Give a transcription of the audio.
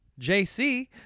JC